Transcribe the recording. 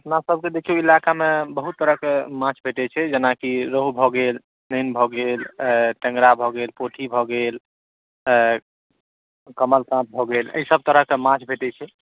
अपनासभके देखियौ इलाकामे बहुत तरहक माछ भेटै छै जेनाकि रौहू भऽ गेल नैनी भऽ गेल टेंगरा भऽ गेल पोठी भऽ गेल कमलकाट भऽ गेल एहिसभ तरहक माछ भेटै छै